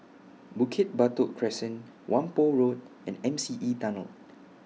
Bukit Batok Crescent Whampoa Road and M C E Tunnel